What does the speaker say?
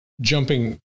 Jumping